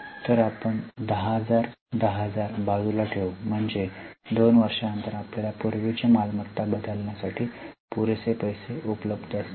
तर आपण 10000 10000 बाजूला ठेवू म्हणजे 2 वर्षानंतर आपल्याला पूर्वीची मालमत्ता बदलण्यासाठी पुरेसे पैसे उपलब्ध असतील